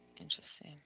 Interesting